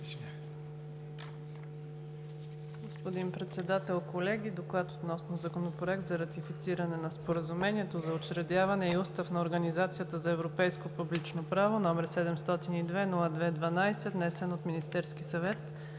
Господин Председател, колеги! „ДОКЛАД относно Законoпроект за ратифициране на Споразумението за учредяване и Устав на Организацията за европейско публично право, № 702-02-12, внесен от Министерския съвет